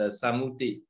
samuti